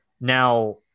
Now